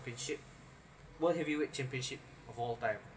championship world heavyweight championship of all time